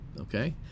Okay